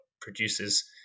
produces